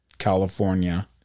California